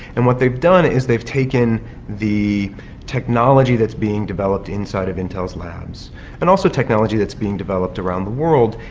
and what they've done is, they've taken the technology that's being developed inside of intel's labs and also technology that's being developed around the world,